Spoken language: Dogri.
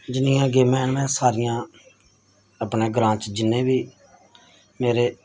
जिन्नियां गेमां हैन में सारियां अपने ग्रांऽ च जिन्ने बी मेरे